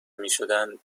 میشدند